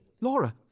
Laura